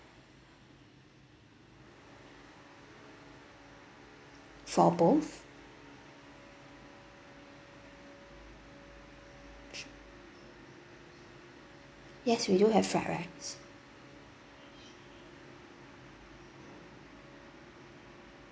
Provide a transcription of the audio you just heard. for both yes we do have fried rice